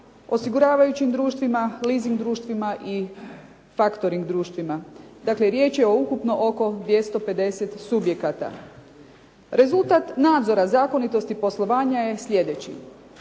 osiguravajućim društvima, leasing društvima i faktoring društvima. Dakle, riječ je o ukupno oko 250 subjekata. Rezultat nadzora zakonitosti poslovanja je sljedeći.